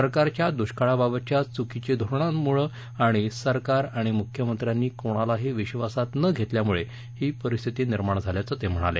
सरकारच्या दुष्काळाबाबतच्या चुकीची धोरणांमुळे आणि सरकार आणि मुख्यमंत्र्यांनी कोणालाही विश्वासात नं घेतल्यामुळे ही परिस्थती निर्माण झाल्याचं ते म्हणाले